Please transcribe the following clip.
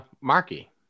Marky